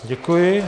Děkuji.